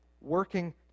working